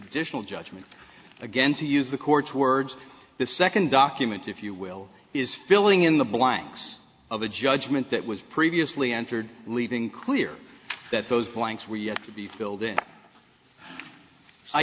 additional judgment again to use the court's words the second document if you will is filling in the blanks of a judgment that was previously entered leaving clear that those blanks were yet to be filled in i